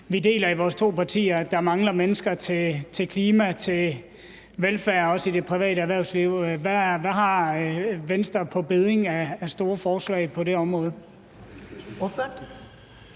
vi deler i vores to partier, at der mangler mennesker til klimaindsatsen og til velfærd og også det private erhvervsliv. Hvad har Venstre på bedding af store forslag på det område?